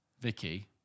Vicky